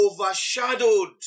overshadowed